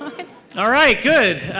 all right. good.